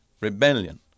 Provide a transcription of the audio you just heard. rebellion